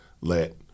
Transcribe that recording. let